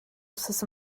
wythnos